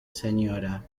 sra